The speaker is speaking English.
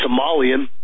Somalian